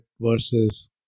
versus